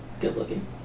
good-looking